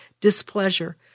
displeasure